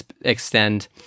extend